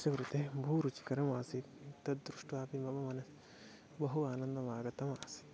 तस्य कृते बहु रुचिकरम् आसीत् तदृष्ट्वापि मम मनसि बहु आनन्दम् आगतम् आसीत्